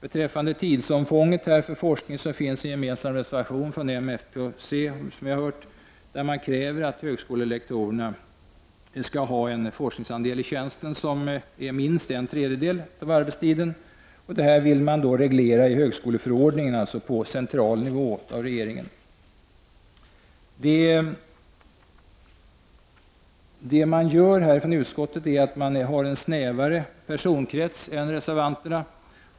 Beträffande forskningens tidsomfång finns det, som vi här har hört, en gemensam reservation från moderaterna, folkpartiet och centern. Reservanterna kräver att högskolelektorernas tjänster skall omfatta en forskningsandel som motsvarar minst en tredjedel av arbetstiden. Man vill att detta skall regleras i högskoleförordningen — alltså på central nivå, av regeringen. Utskottet vill här ha en snävare personkrets än reservanterna.